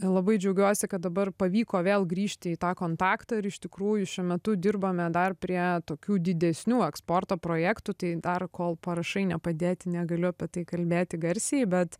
labai džiaugiuosi kad dabar pavyko vėl grįžti į tą kontaktą ir iš tikrųjų šiuo metu dirbame dar prie tokių didesnių eksporto projektų tai dar kol parašai nepadėti negaliu apie tai kalbėti garsiai bet